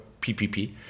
PPP